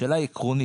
השאלה היא עקרונית.